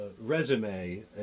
resume